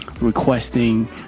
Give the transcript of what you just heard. requesting